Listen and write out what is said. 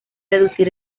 reducir